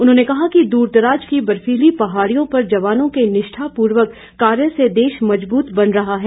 उन्होंने कहा कि दूरदराज की बर्फीली पहाड़ियों पर जवानों के निष्ठापूर्ण कार्य से देश मजबूत बन रहा है